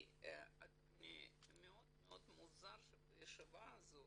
לי, אדוני, מאוד מוזר שבישיבה הזאת